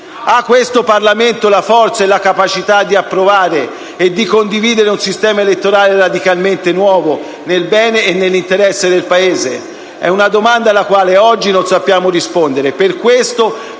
Ha questo Parlamento la forza e la capacità di approvare e di condividere un sistema elettorale radicalmente nuovo, nel bene e nell'interesse del Paese? È una domanda alla quale oggi non sappiamo rispondere. Per questo